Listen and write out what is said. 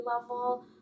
level